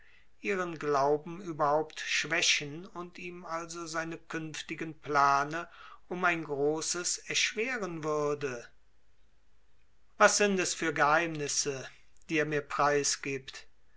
ihren glauben überhaupt schwächen und ihm also seine künftigen plane um ein großes erschweren würde was sind es für geheimnisse die er mir preisgibt